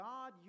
God